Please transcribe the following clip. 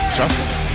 justice